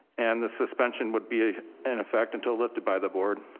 and the suspension would be in effect until lifted by the board.